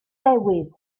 newydd